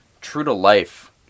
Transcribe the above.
true-to-life